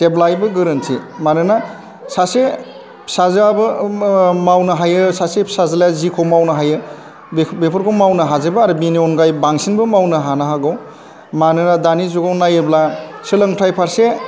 जेब्लायबो गोरोन्थि मानोना सासे फिसाजोआबो मावनो हायो सासे फिसाज्लाया जेखौ मावनो हायो बेखौ बेफोरखौ मावनो हाजोबो आरो बेनि अनगायै बांसिनबो मावनो हानो हागौ मानोना दानि जुगाव नायोब्ला सोलोंथाइ फारसे